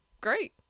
Great